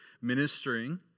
ministering